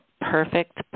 perfect